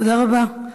תודה רבה.